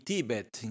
Tibet